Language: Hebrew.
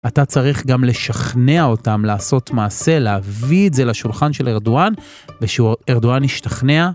אתה צריך גם לשכנע אותם לעשות מעשה, להביא את זה לשולחן של ארדואן, ושארדואן ישתכנע.